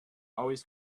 always